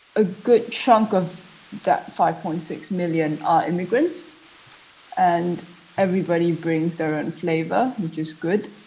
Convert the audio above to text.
a good chunk of that five point six million are immigrants and everybody brings their own flavor, which is good.